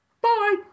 Bye